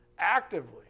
Actively